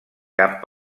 cap